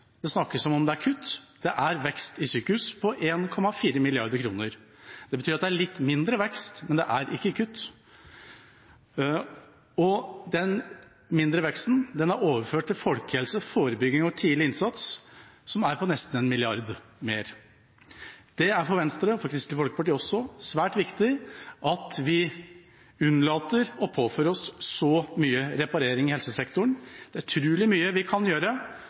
Det snakkes som om det er kutt – men det er en vekst i sykehusene på 1,4 mrd. kr. Det betyr at det er litt mindre vekst, men det er ikke kutt. Den mindre veksten er overført til folkehelse, forebygging og tidlig innsats, som er på nesten 1 mrd. kr mer. Det er for Venstre og Kristelig Folkeparti svært viktig at vi unnlater å påføre oss så mye reparering i helsesektoren. Det er utrolig mye vi kan gjøre